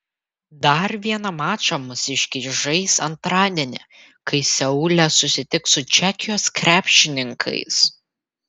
dar vieną mačą mūsiškiai žais antradienį kai seule susitiks su čekijos krepšininkais